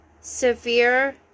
severe